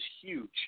huge –